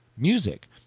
Music